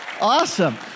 Awesome